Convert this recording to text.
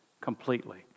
completely